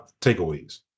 takeaways